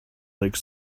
like